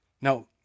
Now